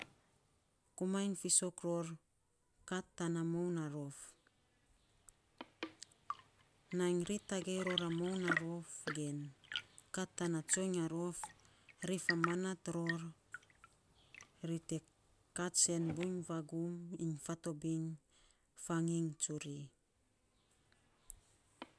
Komaing fisok rou kat tana moun na rof, nainy ri tagei ror a moun na rof, kat tana tsoiny a rof, ri famanat ror, ri te kat buiny sen vagum iny fatobiny faging tsuri